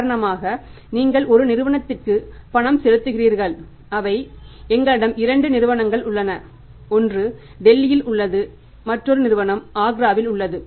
உதாரணமாக நீங்கள் ஒரு நிறுவனத்திற்கு பணம் செலுத்துகிறீர்கள் அவை எங்களிடம் 2 நிறுவனங்கள் உள்ளன ஒன்று டெல்லியில் உள்ளது மற்றொரு நிறுவனம் ஆக்ராவில் உள்ளது